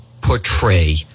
portray